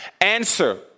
answer